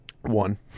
One